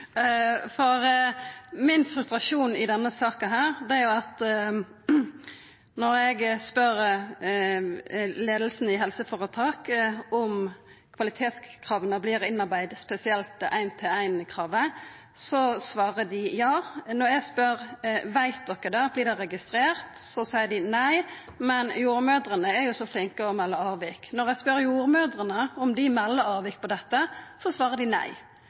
Min frustrasjon i denne saka er at når eg spør leiinga i helseføretaka om kvalitetskrava vert innarbeidde, spesielt ein-til-ein-kravet, svarer dei ja. Når eg spør om dei veit det, om det vert registrert, seier dei nei, men at jordmødrene er jo så flinke og melder avvik. Når eg spør jordmødrene om dei melder avvik på dette, svarer dei nei.